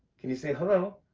can you say hello?